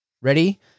ready